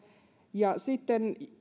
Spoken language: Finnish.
ja